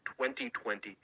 2022